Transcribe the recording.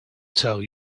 tell